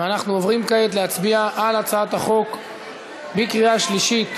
אנחנו עוברים כעת להצביע על הצעת החוק בקריאה שלישית.